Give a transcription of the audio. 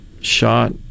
shot